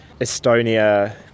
Estonia